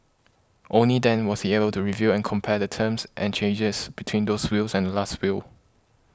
only then was he able to review and compare the terms and changes between those wills and Last Will